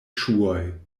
ŝuoj